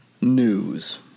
News